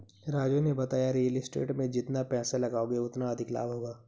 राजू ने बताया real estate में जितना पैसे लगाओगे उतना अधिक लाभ होगा